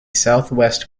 southwest